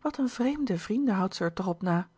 wat een vreemde vrienden houdt ze er toch op na